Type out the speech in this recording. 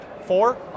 Four